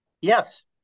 Yes